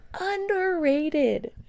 underrated